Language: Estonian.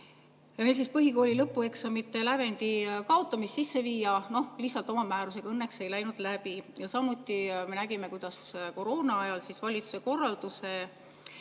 asemel meil põhikooli lõpueksamite lävendi kaotamist sisse viia, lihtsalt oma määrusega. Õnneks see ei läinud läbi. Samuti me nägime, kuidas koroona ajal valitsuse korraldusega